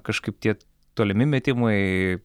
kažkaip tie tolimi metimai